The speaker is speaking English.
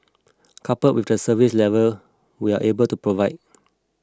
coupled with the service level we are able to provide